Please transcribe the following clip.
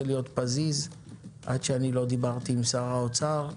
להיות פזיז עד שלא דיברתי עם שר האוצר.